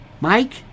Mike